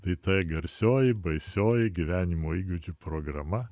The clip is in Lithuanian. tai ta garsioji baisioji gyvenimo įgūdžių programa